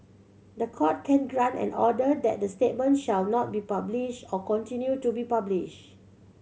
the Court can grant an order that the statement shall not be published or continue to be published